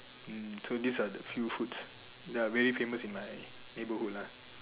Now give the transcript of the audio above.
mm so these are the few foods that are really famous in my neighbourhood lah